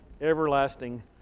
everlasting